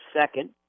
second